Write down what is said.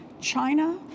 China